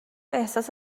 احساس